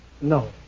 No